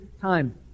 time